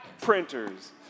Printers